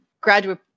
graduate